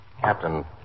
Captain